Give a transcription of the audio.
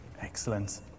Excellent